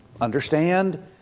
understand